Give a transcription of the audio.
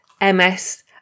MS